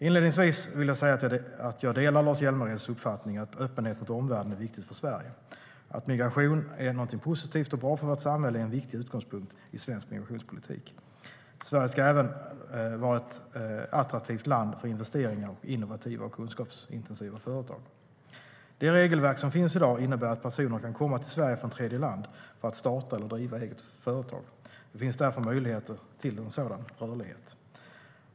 Inledningsvis vill jag säga att jag delar Lars Hjälmereds uppfattning att öppenhet mot omvärlden är viktigt för Sverige. Att migration är någonting positivt och bra för vårt samhälle är en viktig utgångspunkt i svensk migrationspolitik. Sverige ska även vara ett attraktivt land för investeringar och innovativa och kunskapsintensiva företag. Det regelverk som finns i dag innebär att personer kan komma till Sverige från tredjeland för att starta eller driva eget företag. Det finns därför möjligheter till sådan rörlighet.